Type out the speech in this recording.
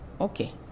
Okay